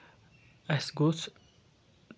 اَسہِ گوٚژھ